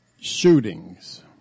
shootings